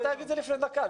יכולת לומר את זה לפני דקה.